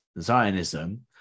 Zionism